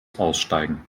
aussteigen